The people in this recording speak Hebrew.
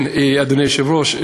כן, אדוני היושב-ראש.